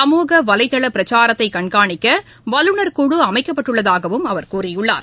சமூக வலைதளப் பிரச்சாத்தை கண்காணிக்க வல்லுநர் குழு அமைக்கப்பட்டுள்ளதாகவும் அவர் கூறியுள்ளார்